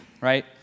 right